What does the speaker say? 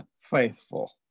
faithful